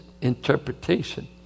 interpretation